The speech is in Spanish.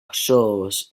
chorros